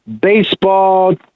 baseball